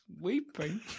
weeping